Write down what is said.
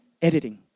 editing